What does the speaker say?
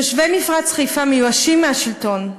תושבי מפרץ חיפה מיואשים מהשלטון,